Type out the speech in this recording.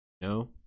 no